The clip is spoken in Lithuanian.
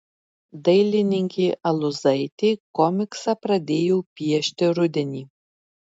dailininkė aluzaitė komiksą pradėjo piešti rudenį